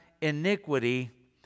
iniquity